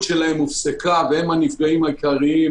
שלהם הופסקה והם הנפגעים העיקריים.